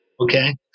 okay